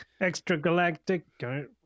Extragalactic